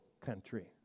country